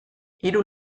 hiru